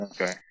Okay